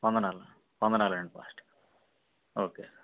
వందనాలు వందనాలండి పాస్టర్ గారు ఓకే